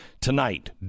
tonight